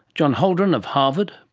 john holden of harvard,